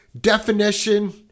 definition